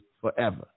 forever